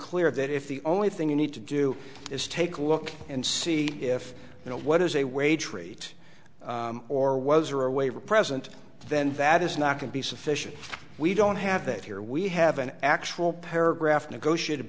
clear that if the only thing you need to do is take a look and see if you know what is a wage rate or was or a waiver present then that is not going to be sufficient we don't have that here we have an actual paragraph negotiated